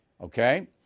Okay